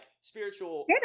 spiritual